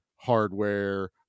Hardware